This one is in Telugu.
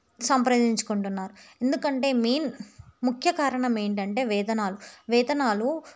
సంప్రదించుకుంటున్నారు ఎందుకంటే మెయిన్ ముఖ్య కారణం ఏంటంటే వేతనాలు వేతనాలు